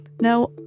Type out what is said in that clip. Now